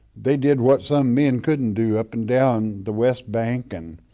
they did what some men couldn't do up and down the west bank and,